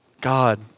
God